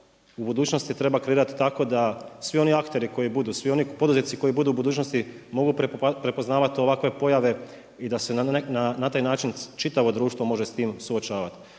u budućnosti treba kreirati tako da svi oni akteri koju budu, svi oni poduzetnici koji budu u budućnosti mogu prepoznavati ovakve pojave i da se na taj način čitavo društvo može s tim suočavati.